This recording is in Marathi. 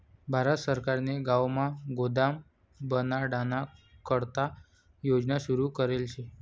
भारत सरकारने गावमा गोदाम बनाडाना करता योजना सुरू करेल शे